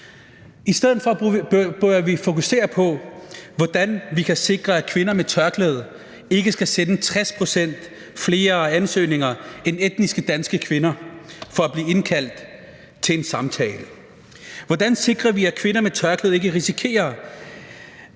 I stedet for bør vi fokusere på, hvordan vi kan sikre, at kvinder med tørklæde ikke skal sende 60 pct. flere ansøgninger end etnisk danske kvinder for at blive indkaldt til en samtale. Hvordan sikrer vi, at kvinder med tørklæde ikke risikerer